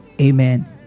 amen